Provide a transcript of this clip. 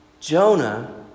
Jonah